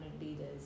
leaders